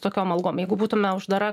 tokiom algom jeigu būtume uždara